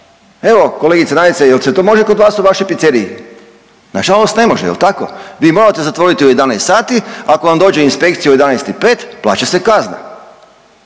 Evo kolegice Nadice, jel se to može kod vas u vašoj pizzeriji? Nažalost ne može jel tako, vi morate zatvoriti u 11 sati, ako vam dođe inspekcija u 11 i 5 plaća se kazna,